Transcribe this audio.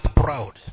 proud